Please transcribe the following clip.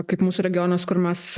kaip mūsų regionas kur mes